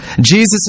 Jesus